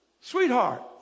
sweetheart